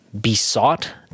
besought